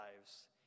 lives